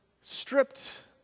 stripped